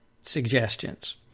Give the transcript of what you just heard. suggestions